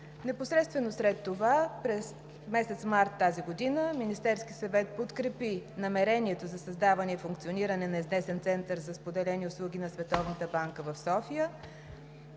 Непосредствено след това, през месец март тази година, Министерският съвет подкрепи намерението за създаване и функциониране на Изнесен център за споделени услуги на Световната